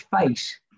face